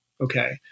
Okay